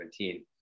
2017